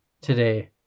today